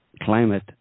climate